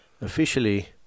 officially